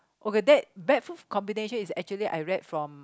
okay bad bad food combination is actually I read from